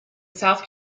south